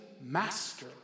master